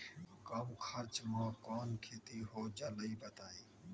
कम खर्च म कौन खेती हो जलई बताई?